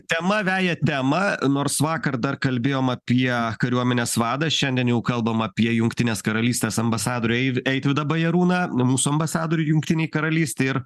tema veja temą nors vakar dar kalbėjom apie kariuomenės vadą šiandien jau kalbam apie jungtinės karalystės ambasadorių ei eitvydą bajarūną mūsų ambasadorių jungtinėj karalystėj ir